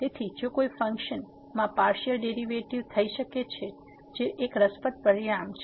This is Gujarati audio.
તેથી જો કોઈ ફંક્શનમાં પાર્સીઅલ ડેરીવેટીવ થઈ શકે છે જે એક રસપ્રદ પરિણામ છે